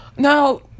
Now